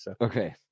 Okay